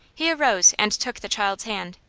he arose and took the child's hand.